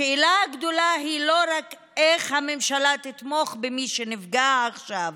השאלה הגדולה היא לא רק איך הממשלה תתמוך במי שנפגע עכשיו,